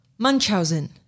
Munchausen